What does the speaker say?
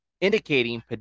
indicating